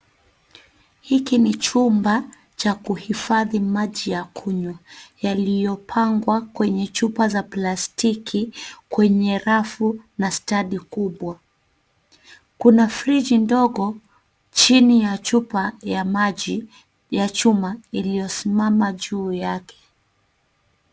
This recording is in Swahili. Hiki ni chumba cha kuhifadhi maji ya kunywa, yaliyopangwa kwenye chupa za plastiki kwenye rafu na stendi kubwa. Kuna friji ndogo, chini ya chupa ya maji ya chuma, iliyosimama juu yake.